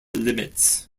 limits